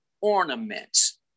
ornaments